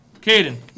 Caden